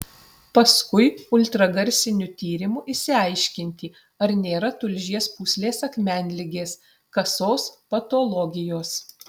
paskui ultragarsiniu tyrimu išsiaiškinti ar nėra tulžies pūslės akmenligės kasos patologijos